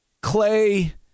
Clay